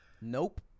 nope